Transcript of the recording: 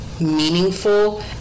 meaningful